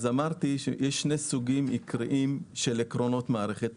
יש שני סוגים עיקריים של עקרונות מערכת.